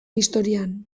historian